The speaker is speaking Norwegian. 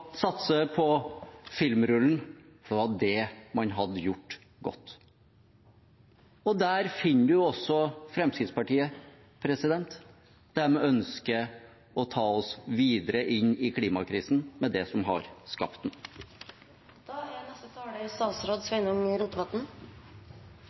satse på filmrullen, for det var det man hadde gjort godt. Der finner man også Fremskrittspartiet. De ønsker å ta oss videre inn i klimakrisen med det som har skapt